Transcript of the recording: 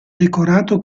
decorato